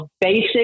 basic